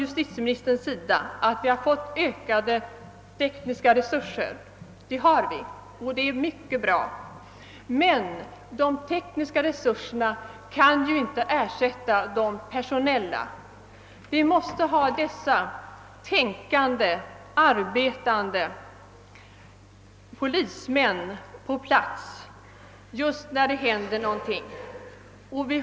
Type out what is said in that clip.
Justitieministern säger att vi har fått ökade tekniska resurser. Det är bra, men de tekniska resurserna kan ju inte ersätta de personella. Vi måste ha dessa tänkande och arbetande polismän på plats just när det händer någonting.